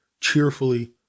cheerfully